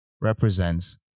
represents